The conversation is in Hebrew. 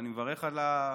ואני מברך על הבחירה,